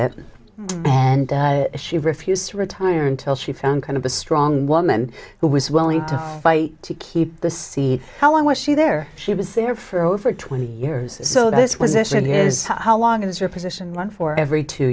it and she refused to retire until she found kind of a strong woman who was willing to fight to keep the see how long was she there she was there for over twenty years so this was issued here is how long is your position one for every two